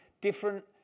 different